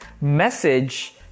message